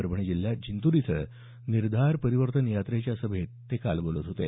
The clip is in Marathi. परभणी जिल्ह्यातल्या जिंतर इथं निर्धार परिवर्तन यात्रेच्या सभेत ते काल बोलत होते